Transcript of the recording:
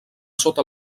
sota